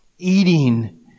eating